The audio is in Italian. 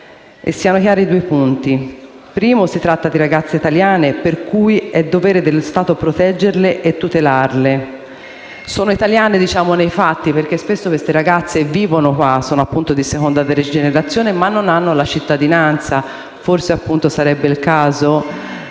Siano chiari due punti: in primo luogo si tratta di ragazze italiane che è dovere dello Stato proteggere e tutelare. Sono italiane nei fatti perché spesso queste ragazze vivono qui, sono immigrate di seconda generazione, ma non hanno la cittadinanza. Forse quindi sarebbe il caso